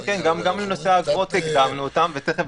כן, גם בנושא האגרות הקדמנו אותם.